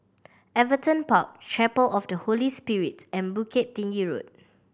Everton Park Chapel of the Holy Spirit and Bukit Tinggi Road